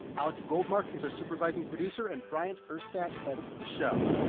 alex goldmark is our supervising producer. and bryant urstadt edits the show. if